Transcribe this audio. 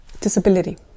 disability